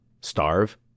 Starve